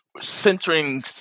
centering